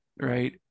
right